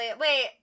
wait